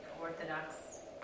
orthodox